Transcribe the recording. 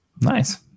nice